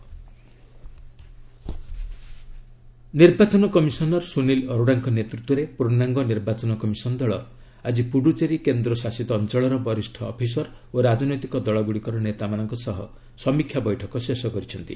EC ନିର୍ବାଚନ commissioner Sunil ଅରୋଡାଙ୍କ ନେତୃତ୍ୱରେ ପୂର୍ଣ୍ଣାଙ୍ଗ ନିର୍ବାଚନ କମିଶନ୍ ଦଳ ଆଜି ପ୍ରଡୂଚେରୀ କେନ୍ଦ୍ ଶାସିତ ଅଞ୍ଚଳର ବରିଷ୍ଠ ଅଫିସର୍ ଓ ରାଜନୈତିକ ଦଳ ଗୁଡ଼ିକର ନେତାମାନଙ୍କ ସହ ସମୀକ୍ଷା ବୈଠକ ଶେଷ କରିଛନ୍ତି